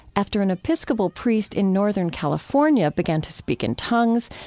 after an episcopal priest in northern california began to speak in tongues,